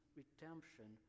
redemption